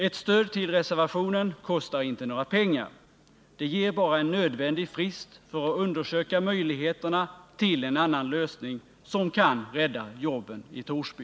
Ett stöd till reservationen kostar inte några pengar, det ger bara en nödvändig frist för att undersöka möjligheterna till en annan lösning som kan rädda jobben i Torsby.